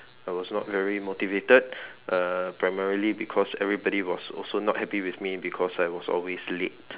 I was not very motivated uh primarily because everybody was not happy with me because I was always late